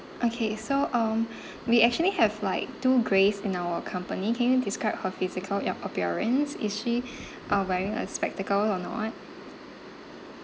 okay so um we actually have like two grace in our accompany can you describe her physical ap~ appearance is she uh wearing a spectacle or no